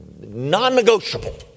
non-negotiable